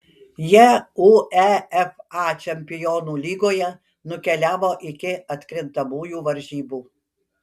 jie uefa čempionų lygoje nukeliavo iki atkrintamųjų varžybų